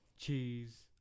Cheese